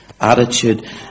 attitude